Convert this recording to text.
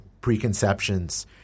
preconceptions